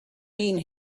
been